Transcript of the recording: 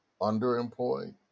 underemployed